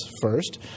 first